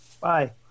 Bye